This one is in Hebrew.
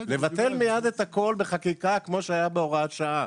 לבטל מיד את הכול בחקיקה כמו שהיה בהוראת שעה.